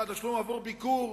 של התשלום עבור ביקור,